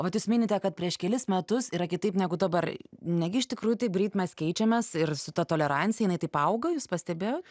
vat jūs minite kad prieš kelis metus yra kitaip negu dabar negi iš tikrųjų taip greit mes keičiamės ir su ta tolerancija jinai taip auga jūs pastebėjot